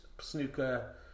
snooker